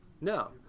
No